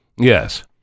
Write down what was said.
Yes